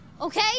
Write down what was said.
okay